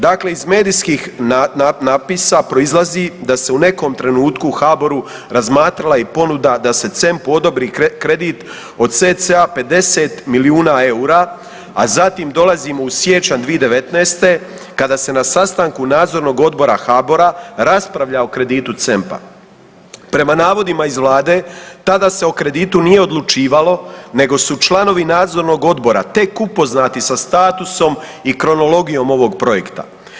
Dakle, iz medijskih natpisa proizlazi da se u nekom trenutku u HABOR-u razmatrala i ponuda da se C.E.M.P.-u odobri kredit o cca 50 milijuna EUR-a, a zatim dolazimo u siječanj 2019. kada se na sastanku nadzornog odbora HABOR-a raspravlja o kreditu C.E.M.P.-a. Prema navodima iz vlade tada se o kreditu nije odlučivalo nego su članovi nadzornog odbora tek upoznati sa statusom i kronologijom ovog projekta.